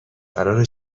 قراره